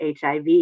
HIV